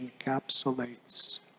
encapsulates